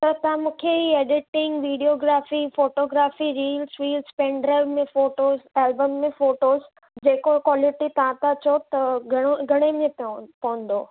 त तव्हां मूंखे हीउ एडिटिंग विडियोग्राफ़ी फ़ोटोग्राफ़ी रील्स वील्स पेन ड्राइव में फ़ोटोज सभु एलबम में फ़ोटोज़ जेको व्वालिटी तव्हां था चओ त घणो घणे में प पवंदो